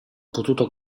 potuto